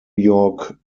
york